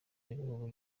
b’igihugu